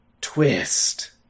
Twist